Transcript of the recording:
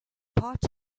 part